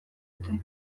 dute